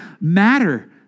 matter